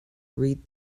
read